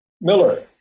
Miller